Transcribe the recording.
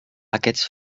aquests